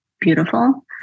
beautiful